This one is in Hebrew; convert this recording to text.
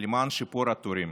למען שיפור התורים,